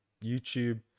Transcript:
YouTube